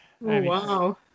wow